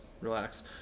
relax